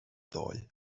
ddoe